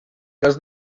cas